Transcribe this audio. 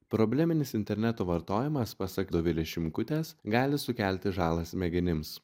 probleminis interneto vartojimas pasak dovilės šimkutės gali sukelti žalą smegenims